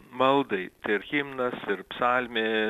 maldai tai ir himnas ir psalmė